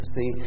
See